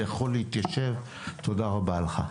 תודה רבה לך.